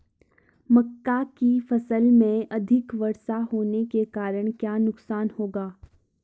मक्का की फसल में अधिक वर्षा होने के कारण क्या नुकसान होगा?